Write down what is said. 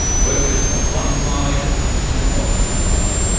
workers on the one side and bosses on the other.